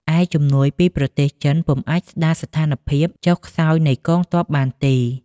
ឯជំនួយពីប្រទេសចិនពុំអាចស្ដារស្ថានភាពចុះខ្សោយនៃកងទ័ពបានទេ។